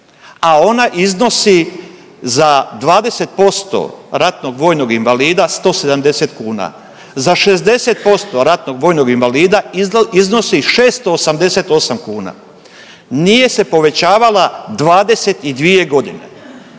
a ona iznosi za 20% ratnog vojnog invalida 170 kuna. Za 60% ratnog vojnog invalida iznosi 688 kuna. Nije se povećavala 22 godine.